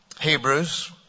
Hebrews